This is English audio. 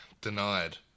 denied